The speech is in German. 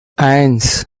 eins